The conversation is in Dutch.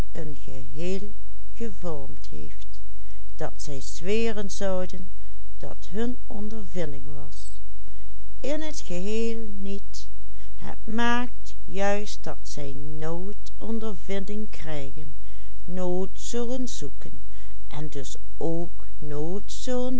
ondervinding was in t geheel niet het maakt juist dat zij nooit ondervinding krijgen nooit zullen zoeken en dus ook nooit zullen